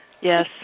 Yes